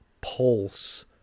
pulse